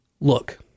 Look